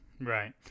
Right